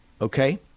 okay